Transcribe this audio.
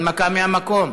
הנמקה מהמקום.